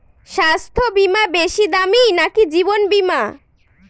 স্বাস্থ্য বীমা বেশী দামী নাকি জীবন বীমা?